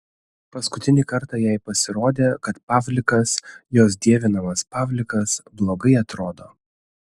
paskutinį kartą jai pasirodė kad pavlikas jos dievinamas pavlikas blogai atrodo